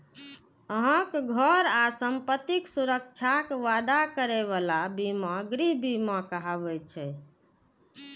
अहांक घर आ संपत्तिक सुरक्षाक वादा करै बला बीमा गृह बीमा कहाबै छै